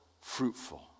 fruitful